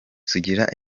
sugira